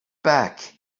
back